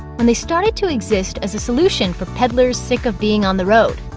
when they started to exist as a solution for peddlers sick of being on the road.